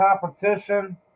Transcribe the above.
competition